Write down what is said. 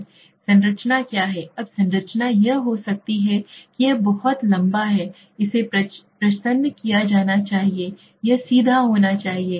संरचना क्या है अब संरचना यह हो सकती है कि यह बहुत लंबा है इसे प्रच्छन्न किया जाना चाहिए और यह सीधा होना चाहिए